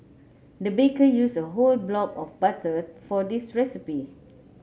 the baker used a whole block of butter for this recipe